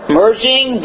merging